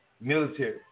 Military